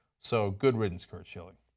so good riddance, curt schilling.